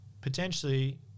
Potentially